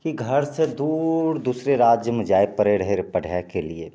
कि घरसे दूर दूसरे राज्यमे जाइ पड़ै रहै पढ़ैके लिए